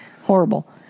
Horrible